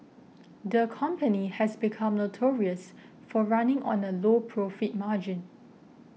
the company has become notorious for running on a low profit margin